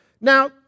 Now